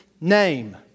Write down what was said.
name